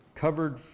Covered